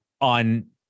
on